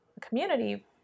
community